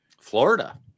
Florida